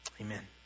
Amen